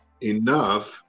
enough